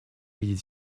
видеть